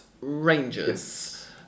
Rangers